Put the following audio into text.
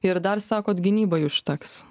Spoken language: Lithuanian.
ir dar sakot gynybai užteks